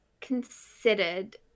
considered